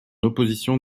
opposition